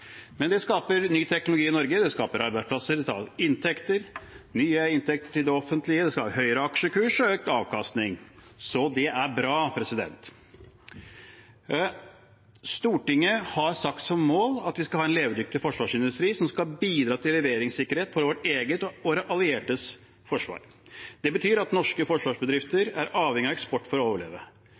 Men det skaper ny teknologi i Norge. Det skaper arbeidsplasser. Det gir inntekter, nye inntekter til det offentlige. Det blir høyere aksjekurs og økt avkastning. Så det er bra. Stortinget har satt som mål at vi skal ha en levedyktig forsvarsindustri som skal bidra til leveringssikkerhet for vårt eget og våre alliertes forsvar. Det betyr at norske forsvarsbedrifter er avhengig av eksport for å overleve.